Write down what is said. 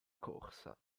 corsa